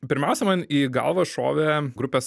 pirmiasia man į galvą šovė grupės